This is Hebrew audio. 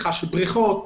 של בריכות,